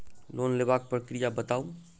Loan लेबाक प्रक्रिया बताऊ?